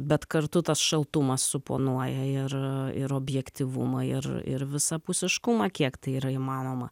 bet kartu tas šaltumas suponuoja ir ir objektyvumą ir ir visapusiškumą kiek tai yra įmanoma